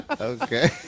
Okay